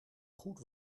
goed